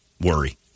worry